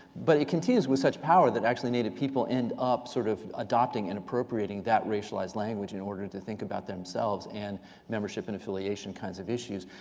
but it continues with such power that actually native people end up sort of adopting and appropriating that racialized language in order to think about themselves and membership and affiliation kinds of issues.